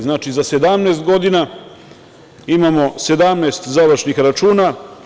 Znači, za 17 godina imamo 17 završnih računa.